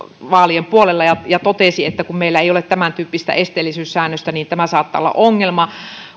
vaalien puolella ja ja totesi että kun meillä ei ole tämäntyyppistä esteellisyyssäännöstä niin tämä saattaa olla ongelma